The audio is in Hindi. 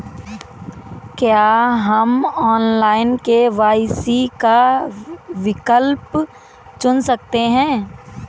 क्या हम ऑनलाइन के.वाई.सी का विकल्प चुन सकते हैं?